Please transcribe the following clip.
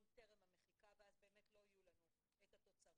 טרם המחיקה ואז באמת לא יהיו לנו את התוצרים,